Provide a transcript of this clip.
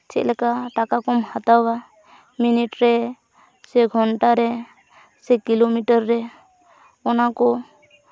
ᱪᱮᱫ ᱞᱮᱠᱟ ᱴᱟᱠᱟ ᱠᱚᱢ ᱦᱟᱛᱟᱣᱟ ᱢᱤᱱᱤᱴ ᱨᱮ ᱥᱮ ᱜᱷᱚᱱᱴᱟᱨᱮ ᱥᱮ ᱠᱤᱞᱳᱢᱤᱴᱟᱨ ᱨᱮ ᱚᱱᱟᱠᱚ